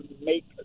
make